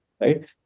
right